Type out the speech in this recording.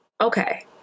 Okay